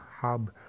hub